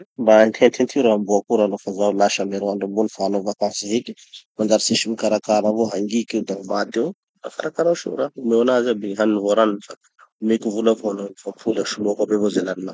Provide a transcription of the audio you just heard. Mba henti- hentihentio ra amboako io ra nofa zaho lasa amy herignandro ambony fa hanao vakansy heky, manjary tsisy mikarakara avao, hangiky io da ho maty eo. Mba karakarao soa ra, omeo anazy aby gny haniny vo ranony fa omeko vola avao hanao nofa mipoly aho, soloako aby avao ze laninao.